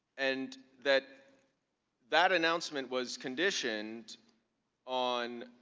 and that that announcement was conditioned on,